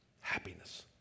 happiness